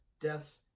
deaths